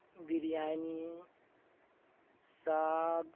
biryani ساگ